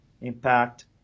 impact